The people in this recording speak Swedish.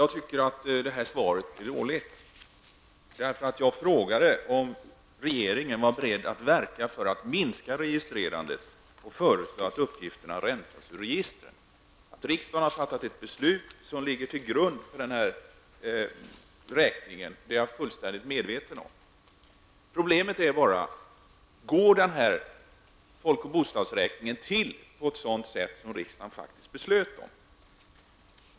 Fru talman! Jag tycker att civilministerns svar är dåligt. Jag frågade om regeringen var beredd att verka för att minska registrerandet och föreslå att uppgifterna rensas ur registren. Att riksdagen har fattat ett beslut som ligger till grund för folk och bostadsräkningen är jag fullständigt medveten om. Det som är problemet är om folk och bostadsräkningen går till på ett sådant sätt som riksdagen beslöt om.